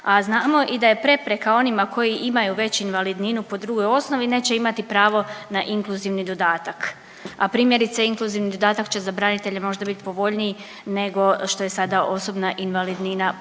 znamo i da je prepreka onima koji imaju veću invalidninu po drugoj osnovi neće imati pravo na inkluzivni dodatak, a primjerice inkluzuvni dodatak će za branitelje možda bit povoljniji nego što je sada osobna invalidnina po ovom zakonu.